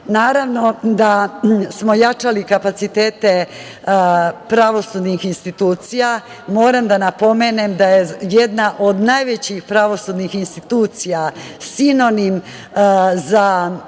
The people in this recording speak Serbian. prava. Naravno da smo jačali kapacitete pravosudnih institucija. Moram da napomenem da je jedna od najvećih pravosudnih institucija, sinonim za